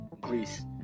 greece